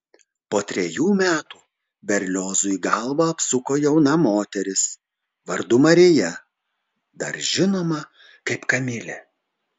po trejų metų berliozui galvą apsuko jauna moteris vardu marija dar žinoma kaip kamilė